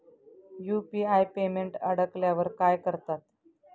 UPI payment अडकल्यावर काय करतात?